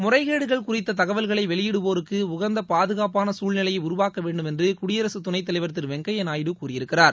முறைகேடுகள் குறித்த தகவல்களை வெளியிடுவோருக்கு உகந்த பாதுகாப்பான குழ்நிலையை உருவாக்க வேண்டுமென்று குடியரசு துணைத்தலைவர் திரு வெங்கையா நாயுடு கூறியிருக்கிறார்